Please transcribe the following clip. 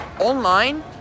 online